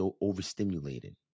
overstimulated